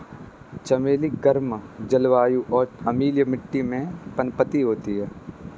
चमेली गर्म जलवायु और अम्लीय मिट्टी में पनपती है